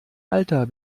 alter